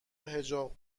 حجاب